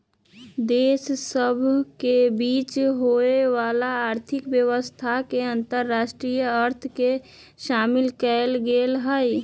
देश सभ के बीच होय वला आर्थिक व्यवसाय के अंतरराष्ट्रीय अर्थ में शामिल कएल गेल हइ